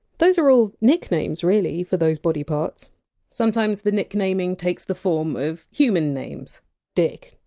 those are all nicknames, really, for those body parts sometimes the nicknaming takes the form of human names dick,